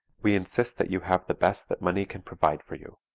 we insist that you have the best that money can provide for you.